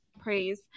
praise